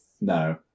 No